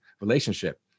relationship